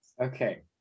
okay